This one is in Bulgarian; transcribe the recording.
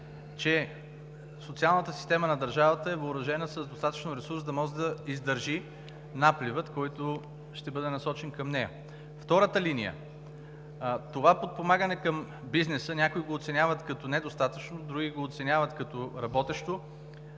че социалната система на държавата е въоръжена с достатъчно ресурс да може да издържи наплива, който ще бъде насочен към нея. Втората линия – това подпомагане към бизнеса, някои го оценяват като недостатъчно, други го оценяват като работещо.